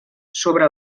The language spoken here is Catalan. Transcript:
sobre